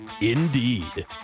Indeed